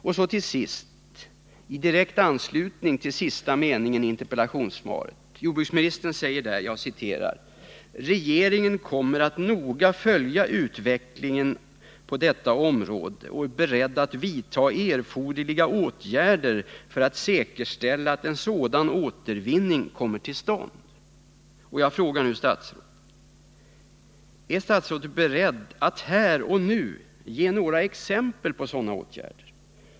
Till sist en fråga i direkt anslutning till sista meningen i interpellationssvaret. Jordbruksministern säger där: ”Regeringen kommer att noga följa utvecklingen på detta område och är beredd att vidta erforderliga åtgärder för att säkerställa att en sådan återvinning kommer till stånd.” Jag frågar nu: Är statsrådet beredd att här och nu ge några exempel på sådana åtgärder?